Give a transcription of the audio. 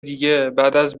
دیگه، بعد